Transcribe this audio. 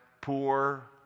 poor